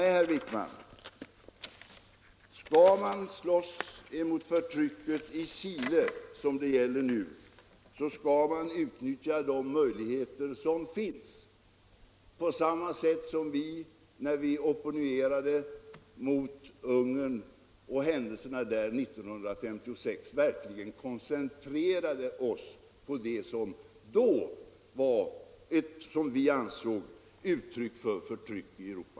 Nej, herr Wijkman, skall man slåss mot förtrycket i Chile, som det nu gäller, skall man nyttja de möjligheter som finns, på samma sätt som vi gjorde när vi opponerade oss mot Ungern och händelserna där 1956. Där koncentrerade vi oss verkligen på det som enligt vår mening då utgjorde ett förtryck i Europa.